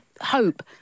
hope